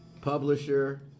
publisher